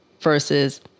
versus